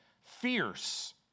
Fierce